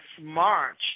March